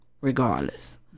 Regardless